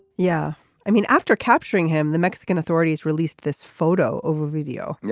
yeah i mean after capturing him the mexican authorities released this photo over video. yeah